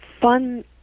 fun